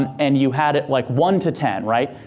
and and you had it, like one to ten, right?